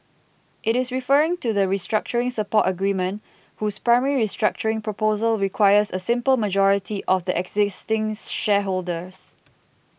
it is referring to the restructuring support agreement whose primary restructuring proposal requires a simple majority of the existing shareholders